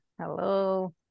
Hello